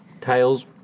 Tails